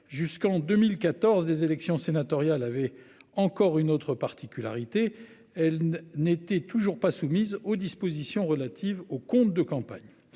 jusqu'en 2014 des élections sénatoriales avait encore une autre particularité, elle n'était toujours pas soumises aux dispositions relatives aux comptes de campagne.